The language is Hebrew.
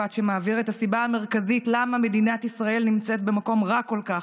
משפט שמעביר את הסיבה המרכזית למה מדינת ישראל נמצאת במקום רע כל כך.